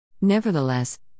Nevertheless